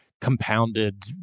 compounded